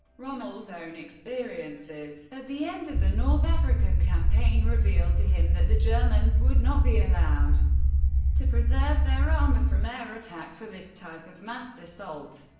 rommel's own experiences at the end of the north african campaign revealed to him that the germans would not be allowed to preserve their armour from air attack for this type of massed assault.